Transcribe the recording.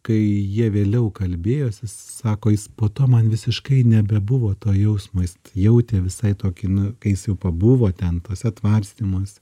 kai jie vėliau kalbėjosi sako jis po to man visiškai nebebuvo to jausmo jis jautė visai tokį na kai jis jau pabuvo ten tose tvarstymuose